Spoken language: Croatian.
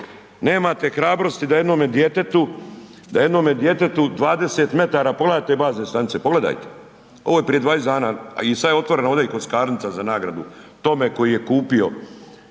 jednome djetetu, da jednome djetetu 20 m, pogledajte bazne stanice, pogledajte. Ovo je prije 20 dana, a sada je otvorena ovdje i kockarnica za nagradu tome koji je kupio